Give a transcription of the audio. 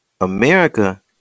America